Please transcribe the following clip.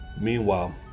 Meanwhile